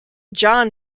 john